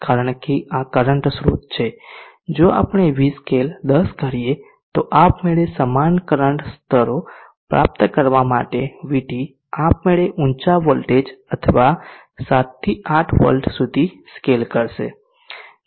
કારણ કે આ કરંટ સ્રોત છે જો આપણે v સ્કેલ 10 કરીએ તો આપમેળે સમાન કરંટ સ્તરો પ્રાપ્ત કરવા માટે vT આપમેળે ઊચા વોલ્ટેજ અથવા 7 થી 8 વોલ્ટ સુધી સ્કેલ કરશે